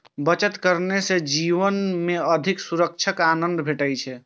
बचत करने सं जीवन मे अधिक सुरक्षाक आनंद भेटै छै